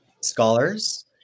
scholars